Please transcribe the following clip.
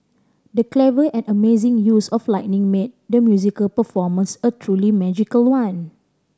the clever and amazing use of lighting made the musical performance a truly magical one